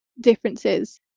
differences